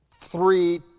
three